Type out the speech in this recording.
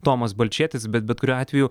tomas balčėtis bet bet kuriuo atveju